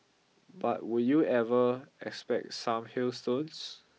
but would you ever expect some hailstones